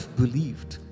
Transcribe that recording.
believed